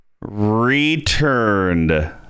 Returned